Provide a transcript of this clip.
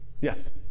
Yes